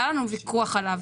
היה לנו ויכוח עליו.